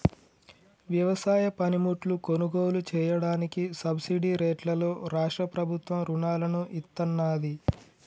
వ్యవసాయ పనిముట్లు కొనుగోలు చెయ్యడానికి సబ్సిడీ రేట్లలో రాష్ట్ర ప్రభుత్వం రుణాలను ఇత్తన్నాది